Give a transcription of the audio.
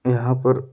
यहाँ पर